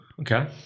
okay